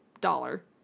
dollar